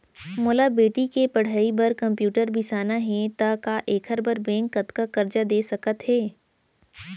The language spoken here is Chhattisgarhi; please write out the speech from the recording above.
मोला बेटी के पढ़ई बार कम्प्यूटर बिसाना हे त का एखर बर बैंक कतका करजा दे सकत हे?